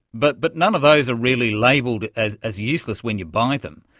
but but none of those are really labelled as as useless when you buy them.